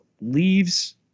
leaves